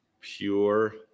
pure